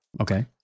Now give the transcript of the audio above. Okay